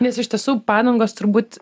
nes iš tiesų padangos turbūt